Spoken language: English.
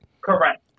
Correct